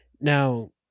Now